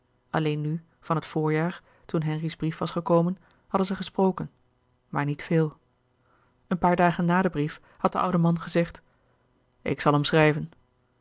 alleen nu van het voorjaar toen henri's brief was gekomen hadden zij gesproken maar niet veel een paar dagen na den brief had de oude man gezegd ik zal hem schrijven